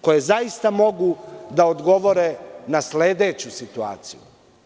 koje zaista mogu da odgovore na sledeću situaciju.